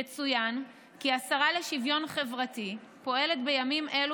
יצוין כי השרה לשוויון חברתי פועלת בימים אלה